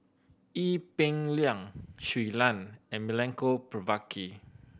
Ee Peng Liang Shui Lan and Milenko Prvacki